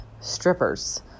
strippers